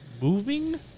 moving